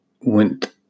went